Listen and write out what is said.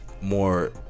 more